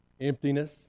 emptiness